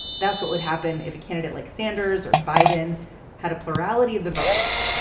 that's what would happen if a candidate like sanders or biden had a plurality of the votes,